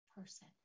person